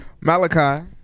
Malachi